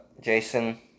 Jason